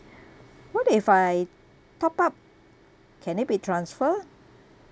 what if I top up can it be transfer